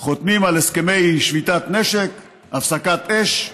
חותמים על הסכמי שביתת נשק, הפסקת אש,